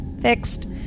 Fixed